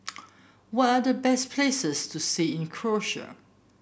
what are the best places to see in Croatia